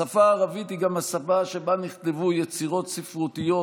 השפה הערבית היא גם השפה שבה נכתבו יצירות ספרותיות,